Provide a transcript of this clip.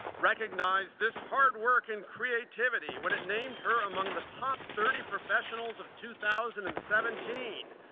recognized this hard work and creativity when it named her among the top thirty professionals of two thousand and seventeen,